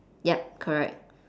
yup correct